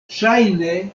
ŝajne